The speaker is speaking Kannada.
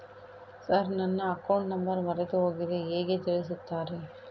ಸರ್ ನನ್ನ ಅಕೌಂಟ್ ನಂಬರ್ ಮರೆತುಹೋಗಿದೆ ಹೇಗೆ ತಿಳಿಸುತ್ತಾರೆ?